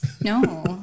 No